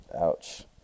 Ouch